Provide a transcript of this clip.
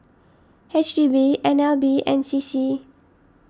H D B N L B and C C